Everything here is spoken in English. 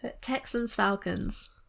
Texans-Falcons